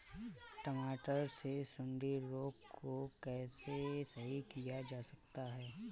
टमाटर से सुंडी रोग को कैसे सही किया जा सकता है?